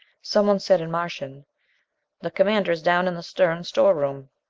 someone said in martian the commander is down in the stern storeroom.